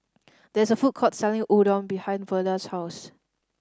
there is a food court selling Udon behind Verda's house